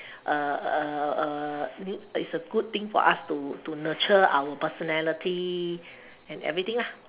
uh uh uh new it's a good thing for us to to nurture our personality and everything lah